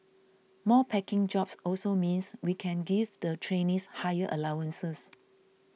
more packing jobs also means we can give the trainees higher allowances